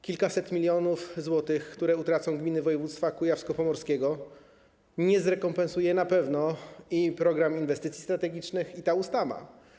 Kilkuset milionów złotych, które utracą gminy województwa kujawsko-pomorskiego, nie zrekompensują na pewno Program Inwestycji Strategicznych ani ta ustawa.